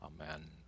Amen